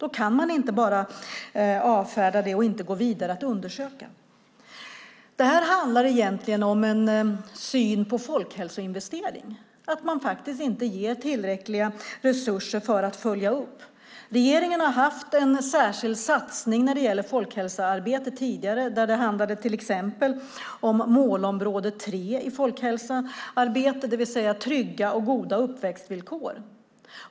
Då kan man inte bara avfärda det och inte gå vidare med och undersöka. Det handlar egentligen om folkhälsoinvestering; man ger inte tillräckliga resurser för att följa upp. Regeringen har tidigare haft en särskild satsning när det gäller folkhälsoarbetet när det handlade till exempel om målområde 3 i folkhälsoarbetet, det vill säga trygga och goda uppväxtvillkor.